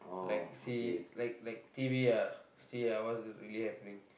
like see like like T_V ah see ah what's really happening